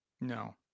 no